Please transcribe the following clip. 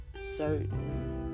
certain